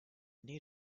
need